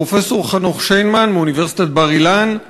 פרופסור חנוך שינמן מאוניברסיטת בר-אילן,